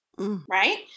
Right